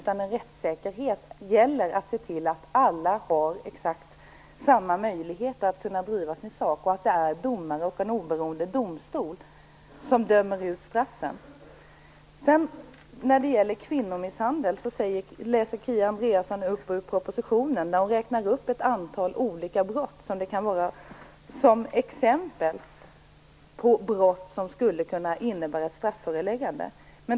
Det gäller att se till att alla har exakt samma möjligheter att driva sin sak och att det är en oberoende domstol som dömer ut straffen. När det gäller kvinnomisshandel läser Kia Andreasson ur propositionen. Hon räknar upp ett antal olika brott som exempel på brott som skulle kunna innebära strafföreläggande.